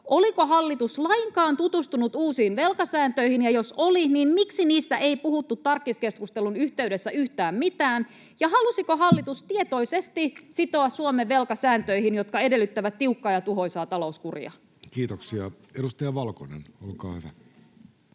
Oliko hallitus lainkaan tutustunut uusiin velkasääntöihin, ja jos oli, niin miksi niistä ei puhuttu tarkkiskeskustelun yhteydessä yhtään mitään? Halusiko hallitus tietoisesti sitoa Suomen velkasääntöihin, jotka edellyttävät tiukkaa ja tuhoisaa talouskuria? [Speech 31] Speaker: Jussi